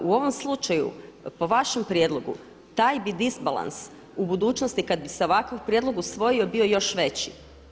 U ovom slučaju po vašem prijedlogu taj bi disbalans u budućnosti kad bi se ovakav prijedlog usvojio bio još veći.